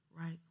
right